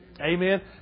Amen